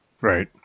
right